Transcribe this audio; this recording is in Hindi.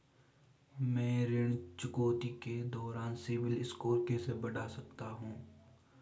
मैं ऋण चुकौती के दौरान सिबिल स्कोर कैसे बढ़ा सकता हूं?